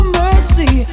mercy